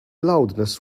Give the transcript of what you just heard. loudness